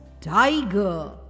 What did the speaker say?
Tiger